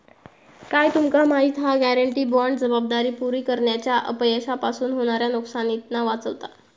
काय तुमका माहिती हा? गॅरेंटी बाँड जबाबदारी पुरी करण्याच्या अपयशापासून होणाऱ्या नुकसानीतना वाचवता